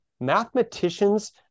mathematicians